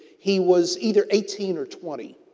he was either eighteen or twenty.